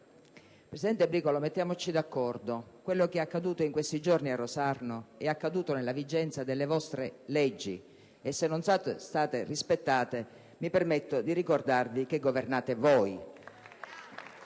Senatore Bricolo, mettiamoci d'accordo; quanto accaduto in questi giorni a Rosarno è avvenuto nella vigenza delle vostre leggi: se non sono state rispettate, mi permetto di ricordare che governate voi!